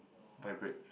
vibrate